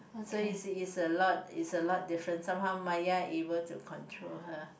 so it's it's a lot it's a lot different somehow Maya able to control her